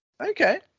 Okay